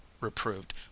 reproved